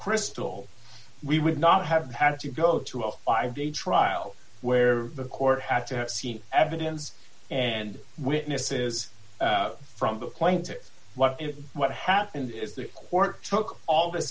crystal we would not have had to go to a five day trial where the court had to have seen evidence and witnesses from the plaintiff in what happened is the court took all th